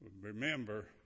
Remember